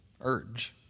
urge